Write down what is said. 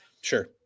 Sure